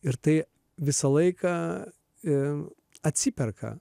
ir tai visą laiką atsiperka